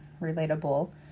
relatable